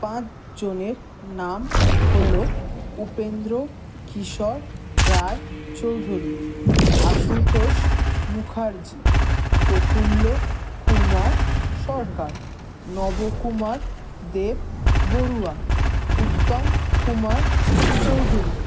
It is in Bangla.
পাঁচজনের নাম হলো উপেন্দ্রকিশোর রায়চৌধুরী আশুতোষ মুখার্জি প্রফুল্ল কুমার সরকার নবকুমার দেব বড়ুয়া উত্তম কুমার চৌধুরী